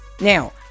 now